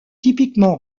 typiquement